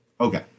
Okay